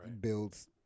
builds